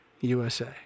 USA